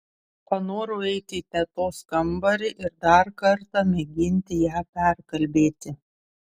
panorau eiti į tetos kambarį ir dar kartą mėginti ją perkalbėti